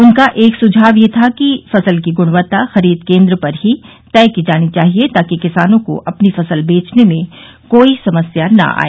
उनका एक सुझाव यह था कि फसल की गुणवत्ता खरीद केंद्र पर ही तय की जानी चाहिए ताकि किसानों को अपनी फसल बेचने में कोई समस्या न आए